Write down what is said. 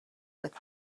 with